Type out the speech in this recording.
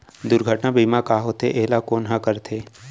दुर्घटना बीमा का होथे, एला कोन ह करथे?